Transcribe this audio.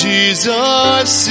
Jesus